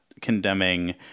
condemning